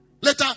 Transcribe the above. Later